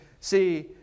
see